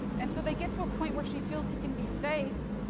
and so, they get to a point where she feels he can be safe,